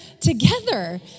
together